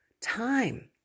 time